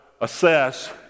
assess